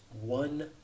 one